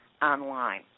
Online